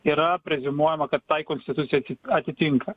yra preziumuojama kad tai konstitucijai ati atitinka